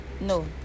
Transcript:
no